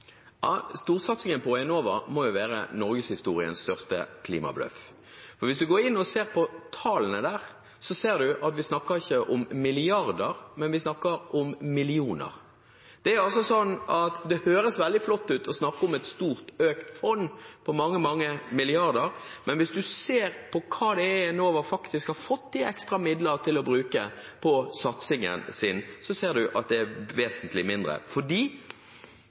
Ja, storsatsingen på Enova må jo være norgeshistoriens største klimabløff, for hvis en går inn og ser på tallene, ser en at vi snakker ikke om milliarder, men vi snakker om millioner. Det høres veldig flott ut å snakke om et stort økt fond på mange milliarder, men hvis en ser på hva Enova faktisk har fått i ekstra midler for å bruke på satsingen sin, ser en at det er vesentlig mindre, fordi